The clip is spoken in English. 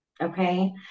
Okay